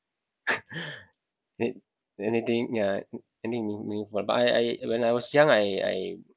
an~ anything ya any meaning meaningful but I I when I was young I I